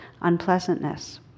unpleasantness